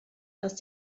dass